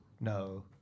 No